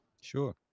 sure